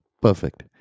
Perfect